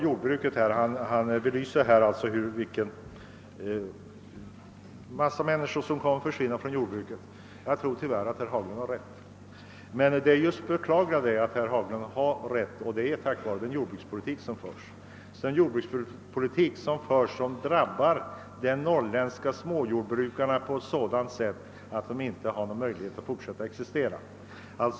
Herr Haglund skildrade sedan hur många människor kommer att försvinna från jordbruket. Jag tror tyvärr ati han har rätt. På grund av den jordbrukspolitik som förs drabbas de norrländska småbrukarna så hårt att de inte har möjlighet att fortsätta som jordbrukare.